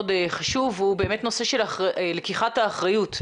חשוב והוא באמת נושא של לקיחת האחריות.